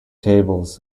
tables